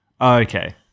Okay